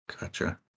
Gotcha